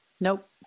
Nope